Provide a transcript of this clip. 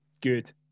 Good